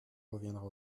reviendra